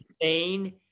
insane